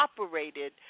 operated